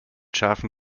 scharfen